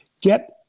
Get